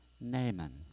Naaman